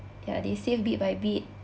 ya they save bit by bit